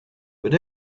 but